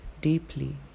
deeply